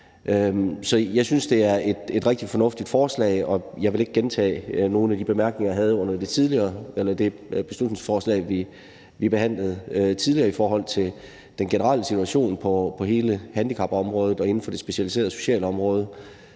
Så jeg synes, det er et rigtig fornuftigt forslag, og jeg vil ikke gentage nogen af de bemærkninger, jeg havde til det beslutningsforslag, vi behandlede tidligere, i forhold til den generelle situation på hele handicapområdet og inden for det specialiserede socialområde